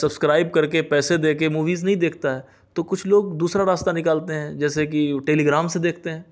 subscribe کر کے پیسے دے کے موویز نہیں دیکھتا ہے تو کچھ لوگ دوسرا راستہ نکالتے ہیں جیسے کہ ٹیلی گرام سے دیکھتے ہیں